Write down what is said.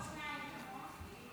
יופי, חברות וחברי הכנסת,